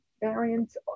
variants